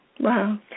Wow